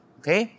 okay